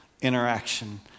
interaction